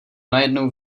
najednou